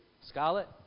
scarlet